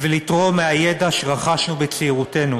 ולתרום מהידע שרכשנו בצעירותנו,